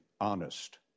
honest